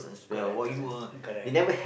correct correct correct